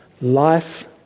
life